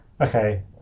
okay